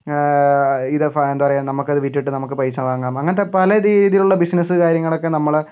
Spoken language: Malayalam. ഇത് എന്താ പറയുക നമുക്കത് വിറ്റിട്ട് നമുക്ക് പൈസ വാങ്ങാം അങ്ങനത്തെ പല രീതിയിലുള്ള ബിസിനസ് കാര്യങ്ങളൊക്കെ നമ്മള്